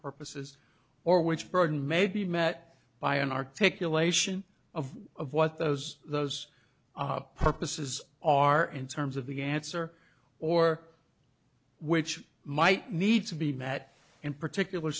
purposes or which burden may be met by an articulation of what those those purposes are in terms of the answer or which might need to be met in particular